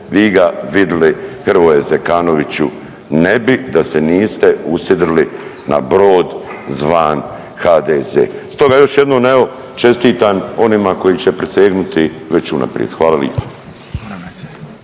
Vi ga vidjeli Hrvoje Zekanoviću ne bi da se niste usidrili na brod zvan HDZ. Stoga još jednom evo čestitam onima koji će prisegnuti već unaprijed. Hvala lipa.